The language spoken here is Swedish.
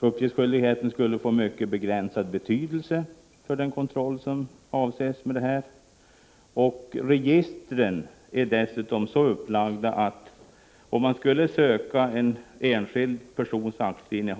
Uppgiftsskyldigheten skulle få mycket begränsad betydelse för den kontroll som avses, och registren är dessutom så upplagda, att det skulle krävas ett mycket omfattande